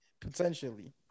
Potentially